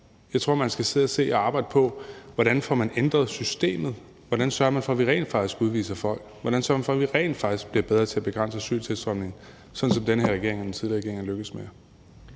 Jeg tror, man skal sidde og arbejde på, hvordan man får ændret systemet. Hvordan sørger vi for, at vi rent faktisk udviser folk? Hvordan sørger vi for, at vi rent faktisk bliver bedre til at begrænse asyltilstrømningen, sådan som den her regering og den tidligere regering er lykkedes med?